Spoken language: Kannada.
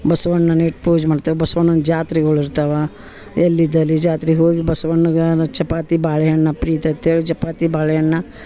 ಬಸ್ವಣ್ಣನ್ನ ಇಟ್ಟು ಪೂಜೆ ಮಾಡ್ತೇವೆ ಬಸ್ವಣ್ಣನ ಜಾತ್ರಿಗಳು ಇರ್ತಾವೆ ಎಲ್ಲಿದಲ್ಲಿ ಜಾತ್ರಿಗೆ ಹೋಗಿ ಬಸ್ವಣ್ಣಗೆ ಚಪಾತಿ ಬಾಳಿಹಣ್ಣು ಪ್ರೀತಿ ಅಂತ್ಹೇಳಿ ಚಪಾತಿ ಬಾಳಿಹಣ್ಣು